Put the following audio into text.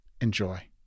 Enjoy